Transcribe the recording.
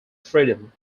freedom